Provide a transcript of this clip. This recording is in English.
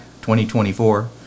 2024